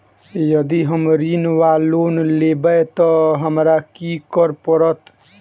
यदि हम ऋण वा लोन लेबै तऽ हमरा की करऽ पड़त?